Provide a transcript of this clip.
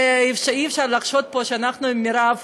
אי-אפשר לחשוד שאנחנו עם מרב,